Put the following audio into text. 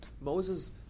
Moses